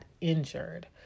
injured